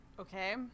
Okay